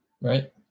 right